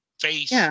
Face